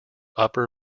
upper